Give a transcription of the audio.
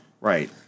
Right